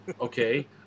Okay